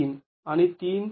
३ आणि ३